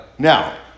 Now